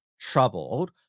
troubled